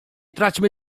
traćmy